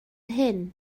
hyn